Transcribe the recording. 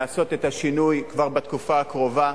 לעשות את השינוי כבר בתקופה הקרובה,